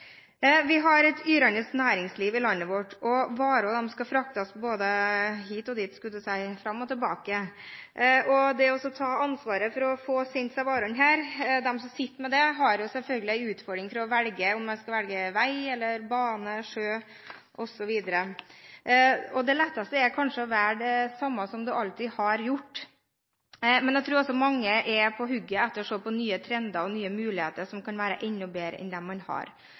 Vi har et yrende næringsliv i landet vårt. Varer skal fraktes både hit og dit – skulle jeg til å si – fram og tilbake. De som sitter med ansvaret for å få sendt disse varene, har selvfølgelig en utfordring i om man skal velge vei, bane eller sjø osv. Det letteste er kanskje å velge det samme som man alltid har gjort, men jeg tror også mange er på hugget etter å se på nye trender og nye muligheter som kan være enda bedre enn dem man har.